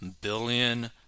billion